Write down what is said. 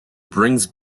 brings